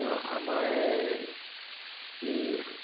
আমাৰ এই